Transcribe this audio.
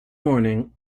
morning